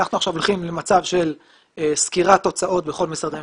אנחנו עכשיו הולכים למצב של סקירת הוצאות בכל משרדי הממשלה,